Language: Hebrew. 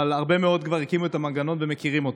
אבל הרבה מאוד כבר הקימו את המנגנון ומכירים אותו.